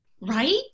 Right